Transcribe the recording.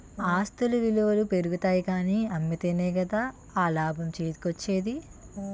ఆస్తుల ఇలువలు పెరుగుతాయి కానీ అమ్మితేనే కదా ఆ లాభం చేతికోచ్చేది?